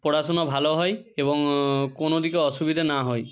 পড়াশোনা ভালো হয় এবং কোনো দিকে অসুবিধা না হয়